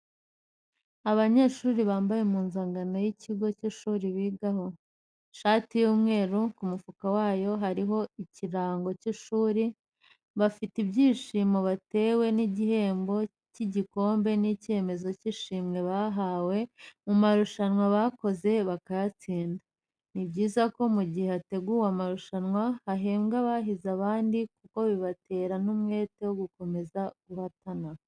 Abanyeshuri bambaye impuzankano y'ikigo cy'ishuri bigaho, ishati y'umweru, ku mufuka wayo hariho ikirango cy'ishuri, bafite ibyishimo batewe n'igihembo cy'igikombe n'icyemezo cy'ishimwe bahawe mu marushanwa bakoze bakayatsinda .Ni byiza ko mu gihe hateguwe amarushanwa hahembwa abahize abandi kuko bibatera n'umwete wo gukomeza guhatana.